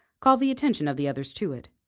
called the attention of the others to it.